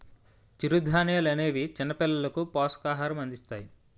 చిరుధాన్యాలనేవి చిన్నపిల్లలకు పోషకాహారం అందిస్తాయి